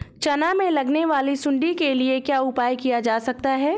चना में लगने वाली सुंडी के लिए क्या उपाय किया जा सकता है?